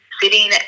sitting